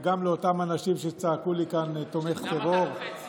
וגם לאותם אנשים שצעקו לי כאן "תומך טרור"